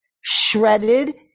shredded